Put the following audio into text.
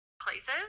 places